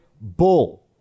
bull